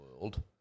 world